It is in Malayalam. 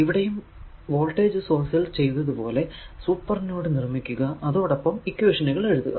ഇവിടെയും വോൾടേജ് സോഴ്സ് ൽ ചെയ്തത് പോലെ സൂപ്പർ നോഡ് നിർമിക്കുക അതോടൊപ്പം ഇക്വേഷനുകൾ എഴുതുക